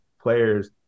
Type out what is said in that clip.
players